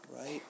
Right